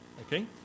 Okay